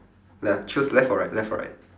left choose left or right left or right